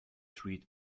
treat